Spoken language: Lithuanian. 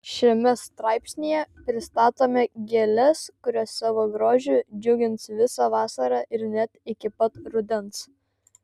šiame straipsnyje pristatome gėles kurios savo grožiu džiugins visą vasarą ir net iki pat rudens